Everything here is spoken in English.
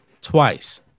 twice